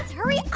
hurry up.